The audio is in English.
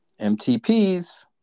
MTPs